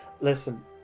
Listen